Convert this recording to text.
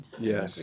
Yes